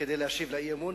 כדי להשיב על האי-אמון,